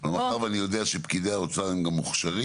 אבל מאחר ואני יודע שפקידי האוצר הם גם מוכשרים,